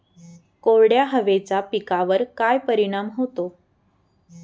कोरड्या हवेचा पिकावर काय परिणाम होतो?